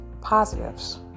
positives